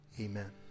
Amen